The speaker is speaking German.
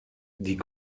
die